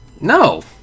No